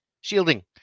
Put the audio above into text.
Shielding